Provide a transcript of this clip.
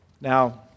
Now